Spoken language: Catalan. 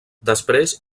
després